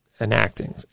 enacting